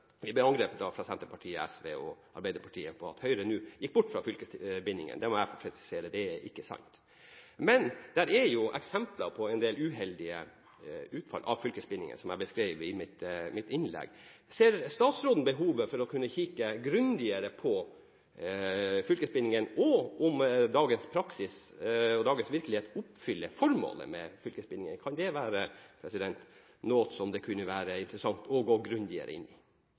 er jo eksempler på en del uheldige utfall av fylkesbindingen, slik jeg beskrev i mitt innlegg. Ser statsråden behovet for å kunne kikke grundigere på fylkesbindingen og om dagens praksis og dagens virkelighet oppfyller formålet med fylkesbindingen? Kan det være noe det kunne være interessant å gå grundigere inn i?